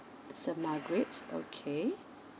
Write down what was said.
saint margaret okay